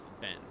ben